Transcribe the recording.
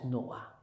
Noah